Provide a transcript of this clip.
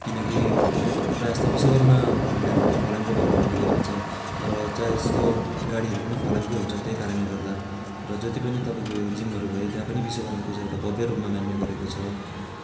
किनकि यो के हरे प्रायःजस्तो विश्वकर्म भगवान्लाई हामीले फलामको भगवान् भन्ने गरिन्छ र चाहेजस्तो गाडीहरू पनि फलामकै हुन्छ त्यही कारणले गर्दा र जति पनि तपाईँको यो जिमहरू भयो त्यहाँ पनि विश्वकर्म पूजा एउटा भव्य रूपमा मान्ने गरेको छ